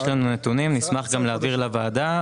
יש לנו נתונים שנשמח להעביר לוועדה.